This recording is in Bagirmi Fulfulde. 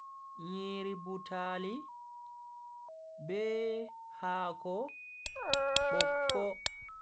Nyiri butaali be haako bokko.